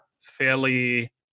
fairly